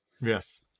Yes